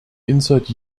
insert